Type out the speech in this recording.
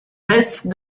baisse